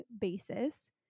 basis